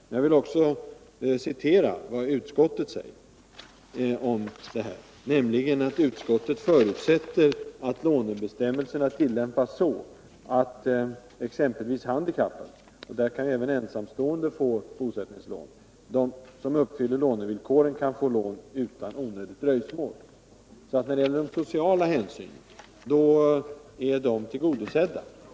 Men jag vill också citera vad utskottet säger: ”Utskottet förutsätter att lånebestämmelserna tillämpas så att exempelvis handikappade — även ensamstående — som uppfyller lånevillkoren kan få lån utan onödigt dröjsmål.” De sociala hänsynen är således tillgodosedda.